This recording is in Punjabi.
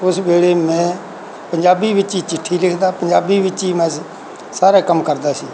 ਉਸ ਵੇਲੇ ਮੈਂ ਪੰਜਾਬੀ ਵਿੱਚ ਹੀ ਚਿੱਠੀ ਲਿਖਦਾ ਪੰਜਾਬੀ ਵਿੱਚ ਹੀ ਮੈਂ ਸ ਸਾਰਾ ਕੰਮ ਕਰਦਾ ਸੀ